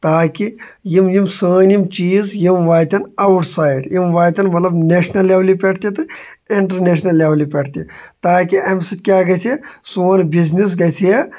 تاکہِ یِم یِم سٲنۍ یِم چیٖز یِم واتَن اَوُٹ سایڈ یِم واتَن مطلب نیشل لیولہِ پٮ۪ٹھ تہِ تہٕ اِنٹرنیشنل لیولہِ پٮ۪ٹھ تہِ تاکہِ اَمہِ سۭتۍ کیاہ گژھِ سون بِزنِس گژھِ ہا